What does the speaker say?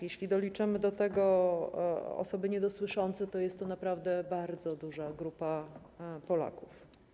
Jeśli doliczymy do tego osoby niedosłyszące, to jest to naprawdę bardzo duża grupa Polaków.